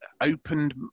opened